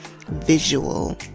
visual